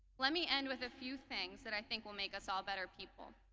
let me end with a few things that i think will make us all better people.